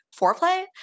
foreplay